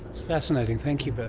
fascinating, thank you but